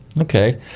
Okay